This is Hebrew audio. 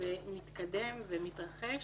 שזה מתקדם ומתרחש,